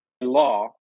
law